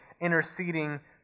interceding